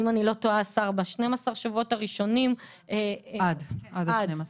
אם אני לא טועה השר ב-12 שבועות ראשונים -- עד ה-12.